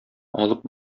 алып